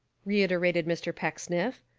reiterated mr. pecksniff.